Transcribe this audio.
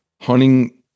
hunting